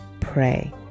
pray